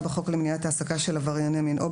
בחוק למניעת העסקה של עברייני מין במוסדות מסוימים,